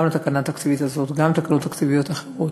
גם לתקנה התקציבית הזאת וגם לתקנות תקציביות אחרות,